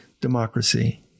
democracy